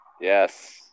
Yes